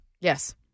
Yes